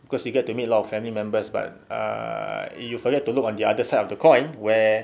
cause you get to meet a lot of family members but err you forget to look on the other side of the coin where